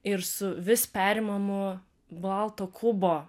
ir su vis perimamu balto kubo